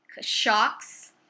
shocks